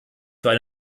für